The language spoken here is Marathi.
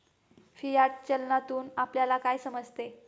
फियाट चलनातून आपल्याला काय समजते?